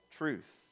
truth